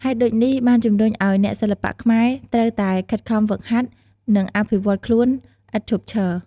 ហេតុដូចនេះបានជំរុញឱ្យអ្នកសិល្បៈខ្មែរត្រូវតែខិតខំហ្វឹកហាត់ និងអភិវឌ្ឍខ្លួនឥតឈប់ឈរ។